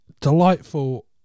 delightful